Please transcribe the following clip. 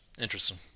Interesting